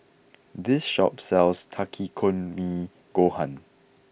this shop sells Takikomi Gohan